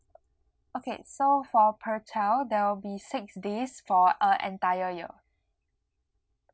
okay so for per child there will be six days for a entire year